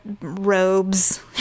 robes